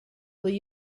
will